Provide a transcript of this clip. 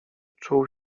czuł